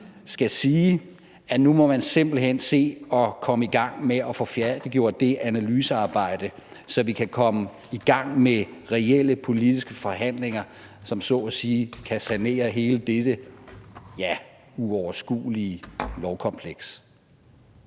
skal sige, at nu må man simpelt hen se at komme i gang med at få færdiggjort det analysearbejde, så vi kan komme i gang med reelle politiske forhandlinger, som så at sige kan sanere hele dette uoverskuelige lovkompleks.